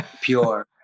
Pure